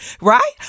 right